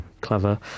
Clever